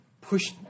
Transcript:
push